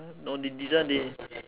no they didn't they